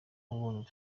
abonye